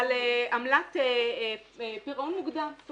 על עמלת פירעון מוקדם.